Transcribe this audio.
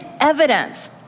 evidence